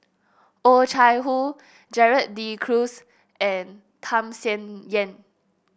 Oh Chai Hoo Gerald De Cruz and Tham Sien Yen